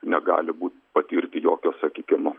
negali būt patirti jokio sakykim